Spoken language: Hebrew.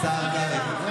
השר קרעי.